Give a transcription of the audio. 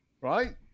Right